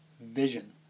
Vision